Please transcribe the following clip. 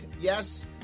Yes